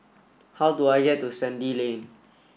how do I get to Sandy Lane